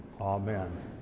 amen